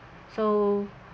so